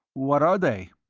what are they?